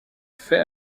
fait